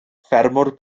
ffermwr